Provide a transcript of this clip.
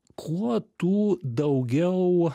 kuo tu daugiau